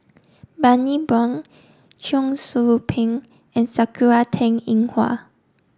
Bani Buang Cheong Soo Pieng and Sakura Teng Ying Hua